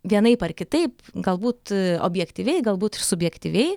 vienaip ar kitaip galbūt objektyviai galbūt ir subjektyviai